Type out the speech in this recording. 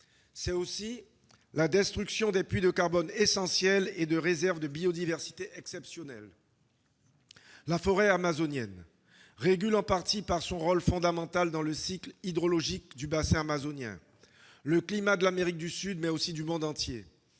C'est aussi la destruction de puits de carbone essentiels et de réserves de biodiversité exceptionnelles. La forêt amazonienne régule en partie, par son rôle fondamental dans le cycle hydrologique du bassin amazonien, le climat non seulement de l'Amérique du Sud, mais aussi du monde entier.